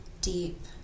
deep